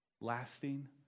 lasting